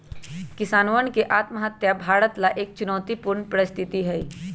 किसानवन के आत्महत्या भारत ला एक चुनौतीपूर्ण परिस्थिति हई